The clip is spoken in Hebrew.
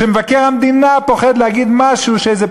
כשמבקר המדינה פוחד להגיד משהו שאיזה